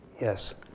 Yes